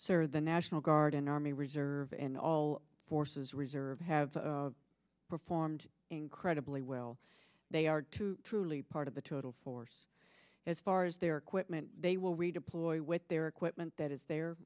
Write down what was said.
sir the national guard and army reserve and all forces reserve have performed incredibly well they are truly part of the total force as far as their equipment they will redeploy with their equipment that is the